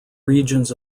regions